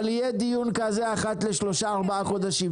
אבל יהיה דיון כזה אחת לשלושה-ארבעה חודשים.